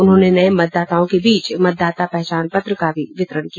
उन्होंने नये मतदाताओं के बीच मतदाता पहचान पत्र का भी वितरण किया